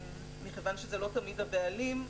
מכיוון שזה לא תמיד הבעלים,